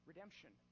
Redemption